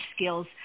skills